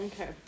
Okay